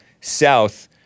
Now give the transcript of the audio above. South